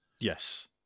Yes